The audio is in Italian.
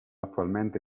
attualmente